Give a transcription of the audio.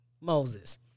Moses